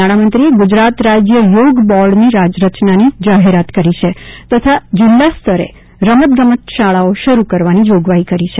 નાણામંત્રીએ ગુજરાત રાજ્ય યોગ બોર્ડની રચના અંગે જાહેરાત કરી છે તથા જિલ્લા સ્તરે રમતગમત શાળાઓ શરૂ કરવા જોગવાઇ કરી છે